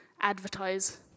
advertise